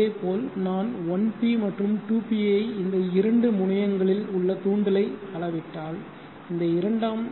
அதேபோல் நான் 1p மற்றும் 2p ஐ இந்த இரண்டு முனையங்களில் உள்ள தூண்டலை அளவிட்டால் இந்த இரண்டாம்